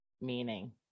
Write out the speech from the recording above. meaning